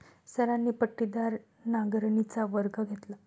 सरांनी पट्टीदार नांगरणीचा वर्ग घेतला